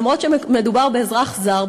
אף שמדובר באזרח זר,